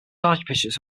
archbishops